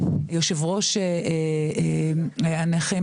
יושב-ראש הנכים,